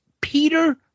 Peter